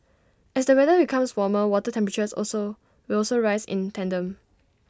as the weather becomes warmer water temperatures also will also rise in tandem